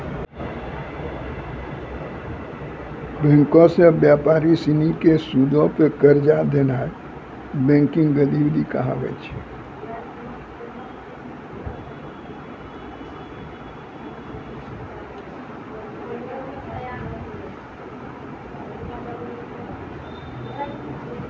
बैंको से व्यापारी सिनी के सूदो पे कर्जा देनाय बैंकिंग गतिविधि कहाबै छै